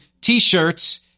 T-shirts